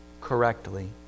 correctly